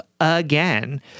again